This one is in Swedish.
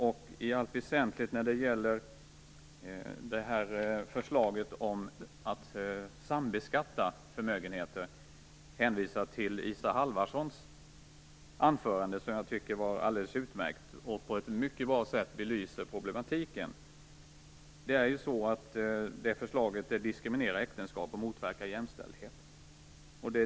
När det gäller förslaget om sambeskattning av förmögenheter vill jag i allt väsentligt hänvisa till Isa Halvarssons anförande, som jag tycker var alldeles utmärkt. Det belyste på ett mycket bra sätt problematiken. Förslaget diskriminerar äktenskap och motverkar jämställdhet.